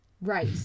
Right